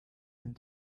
and